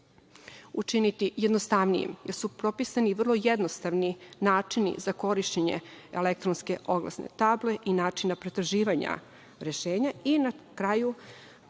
učiniti jednostavnijim, jer su propisani vrlo jednostavni načini za korišćenje elektronske oglasne table i načina pretraživanja rešenja i, na kraju,